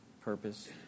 purpose